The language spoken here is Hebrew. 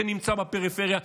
זה נמצא בפריפריה.